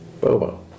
Bobo